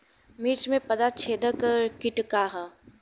मिर्च में पता छेदक किट का है?